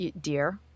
dear